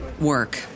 work